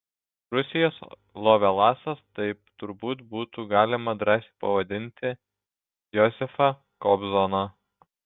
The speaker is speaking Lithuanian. rusijos lovelasas taip turbūt būtų galima drąsiai pavadinti josifą kobzoną